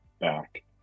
back